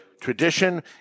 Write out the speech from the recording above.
tradition